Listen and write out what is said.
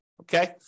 okay